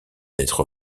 d’être